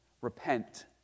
Repent